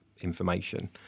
information